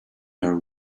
our